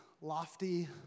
lofty